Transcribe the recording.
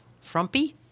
frumpy